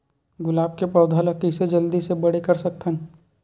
गुलाब के पौधा ल कइसे जल्दी से बड़े कर सकथन?